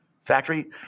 Factory